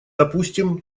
допустим